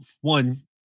one